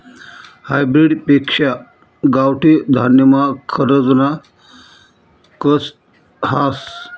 hybrid पेक्शा गावठी धान्यमा खरजना कस हास